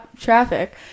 traffic